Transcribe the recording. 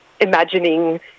imagining